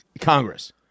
Congress